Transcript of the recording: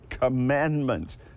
commandments